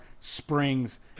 springs